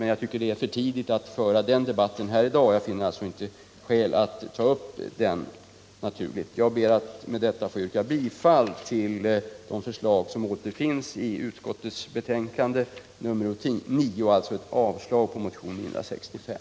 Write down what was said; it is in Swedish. Men jag tycker att det är för tidigt att föra en debatt i dag. Jag ber att få yrka bifall till de förslag som finns i utskottets betänkande nr 9, dvs. avslag på motionen nr 965.